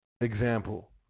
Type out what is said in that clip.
example